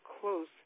close